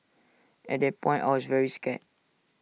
at that point I was very scared